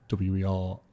WER